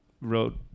wrote